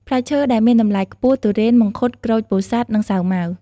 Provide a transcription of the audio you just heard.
ផ្លែឈើដែលមានតម្លៃខ្ពស់ ធូរ៉េន មង្ឃុត ក្រូចពោធិ៍សាត់ និងសាវម៉ាវ។